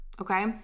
Okay